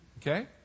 Okay